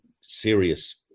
serious